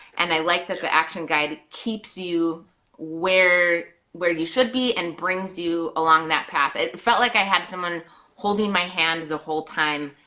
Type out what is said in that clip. and i like that the action guide keeps you where where you should be, and brings you along that path. it felt like i had someone holding my hand the whole time,